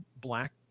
black